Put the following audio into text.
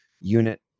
unit